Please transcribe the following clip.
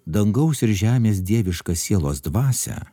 dangaus ir žemės dievišką sielos dvasią